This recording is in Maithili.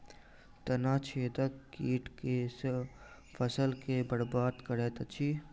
तना छेदक कीट केँ सँ फसल केँ बरबाद करैत अछि?